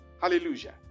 Hallelujah